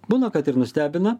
būna kad ir nustebina